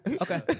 Okay